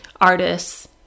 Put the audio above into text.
artists